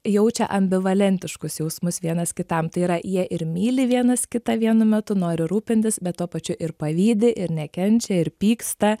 jaučia ambivalentiškus jausmus vienas kitam tai yra jie ir myli vienas kitą vienu metu nori rūpintis bet tuo pačiu ir pavydi ir nekenčia ir pyksta